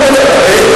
לי.